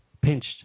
pinched